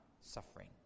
suffering